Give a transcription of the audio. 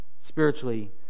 spiritually